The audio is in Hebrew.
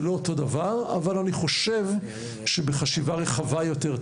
זה לא אותו דבר אבל אני חשוב שבחשיבה רחבה יותר,